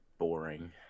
boring